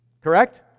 Correct